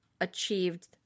achieved